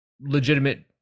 legitimate